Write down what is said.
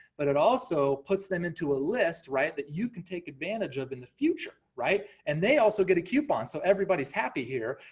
but it also puts them into a list, right, that you can take advantage of in the future, right? and they also get a coupon so everybody's happy here,